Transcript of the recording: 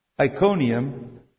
Iconium